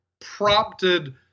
prompted